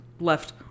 left